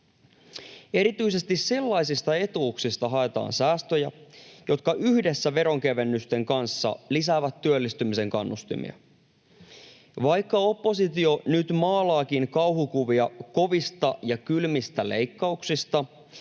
Erityisesti sellaisista etuuksista haetaan säästöjä, jotka yhdessä veronkevennysten kanssa lisäävät työllistymisen kannustimia. Vaikka oppositio nyt maalaakin kauhukuvia kovista ja kylmistä leikkauksista,